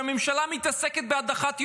שממשלה מתעסקת בהדחת היועמ"שית.